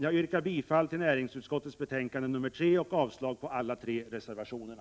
Jag yrkar bifall till näringsutskottets hemställan i betänkande nr 3 och avslag på alla tre reservationerna.